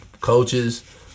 coaches